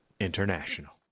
International